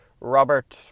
Robert